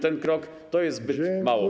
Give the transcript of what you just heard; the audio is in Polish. Ten krok to jest zbyt mało.